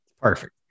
perfect